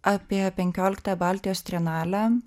apie penkioliktąją baltijos trienalę